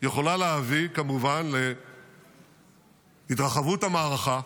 יכולה להביא כמובן להתרחבות המערכה,